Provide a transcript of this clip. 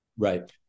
Right